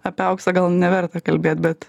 apie auksą gal neverta kalbėt bet